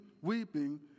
weeping